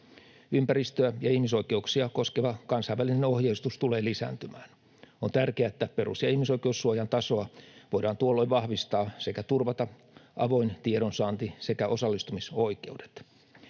Ympäristöä ja ihmisoikeuksia koskeva kansainvälinen ohjeistus tulee lisääntymään. On tärkeää, että perus- ja ihmisoikeussuojan tasoa voidaan tuolloin vahvistaa sekä turvata avoin tiedonsaanti ja osallistumisoikeudet.